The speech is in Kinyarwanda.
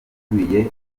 akubiye